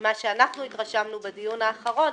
ממה שאנחנו התרשמנו בדיון האחרון,